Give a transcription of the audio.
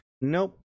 Nope